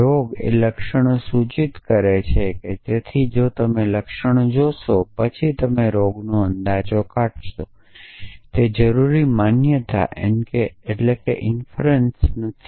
રોગ એ લક્ષણો સૂચિત કરે છે તેથી જો તમે લક્ષણ જોશો તો પછી તમે રોગનો અંદાજ કાઢો છો તે જરૂરી માન્યતા નથી